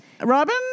Robin